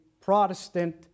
Protestant